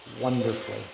wonderfully